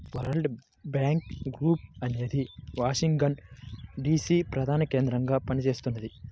world bank group అనేది Washington DC ప్రధానకేంద్రంగా పనిచేస్తున్నది